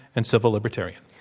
and civil libertarian.